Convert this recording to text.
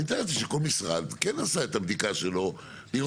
אני מתאר לעצמי שכל משרד כן עשה את הבדיקה שלו לראות.